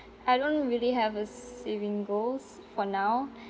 I don't really have a s~ saving goals for now